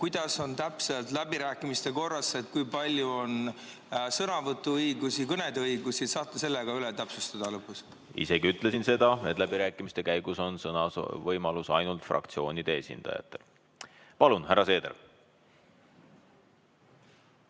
kuidas on täpselt läbirääkimiste korras öeldud, kui palju on sõnavõtuõigusi, kõneõigusi. Kas saate selle ka üle täpsustada? Ma isegi ütlesin seda, et läbirääkimiste käigus on sõnavõimalus ainult fraktsioonide esindajatel. Palun, härra Seeder!